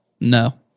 No